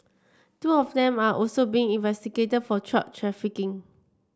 two of them are also being investigated for drug trafficking